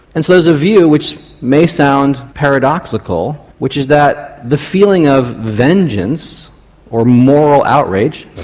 and so there's a view which may sound paradoxical which is that the feeling of vengeance or moral outrage,